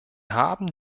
haben